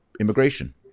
immigration